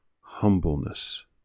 humbleness